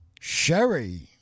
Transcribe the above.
sherry